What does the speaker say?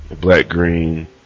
black-green